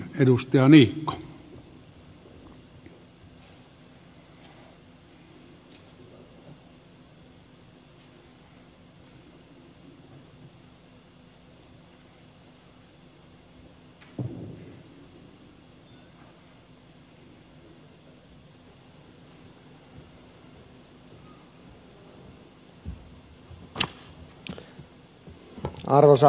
arvoisa herra puhemies